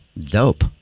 dope